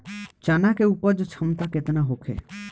चना के उपज क्षमता केतना होखे?